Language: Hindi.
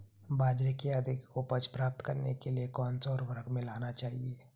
बाजरे की अधिक उपज प्राप्त करने के लिए कौनसा उर्वरक मिलाना चाहिए?